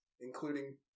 including